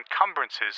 encumbrances